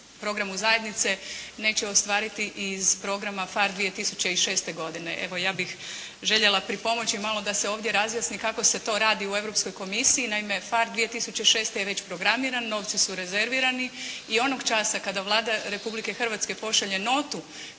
programu zajednice neće ostvariti iz programa FAR 2006. godine. Evo, ja bih željela pripomoći malo da se ovdje razjasni kako se to radi u Europskoj komisiji. Naime, FAR 2006. je već programiran, novci su rezervirani. I onog časa kada Vlada Republike Hrvatske pošalje notu